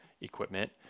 equipment